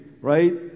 right